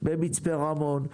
במצפה רמון,